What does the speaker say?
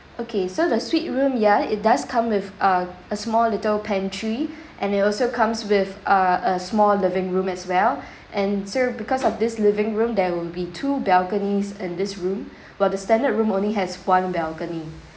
okay so the suite room ya it does come with a a small little pantry and it also comes with uh a small living room as well and so because of this living room there will be two balconies in this room while the standard room only has one balcony